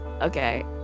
Okay